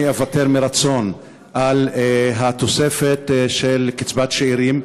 אני אוותר מרצון על התוספת של קצבת שאירים,